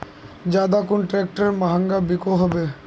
ज्यादा कुन ट्रैक्टर महंगा बिको होबे?